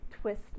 twist